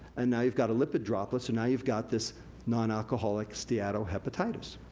and now you've got a lipid droplet, so now you've got this nonalcoholic steatohepatitis.